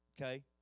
Okay